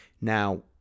Now